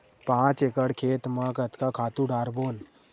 पांच एकड़ खेत म कतका खातु डारबोन?